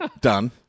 Done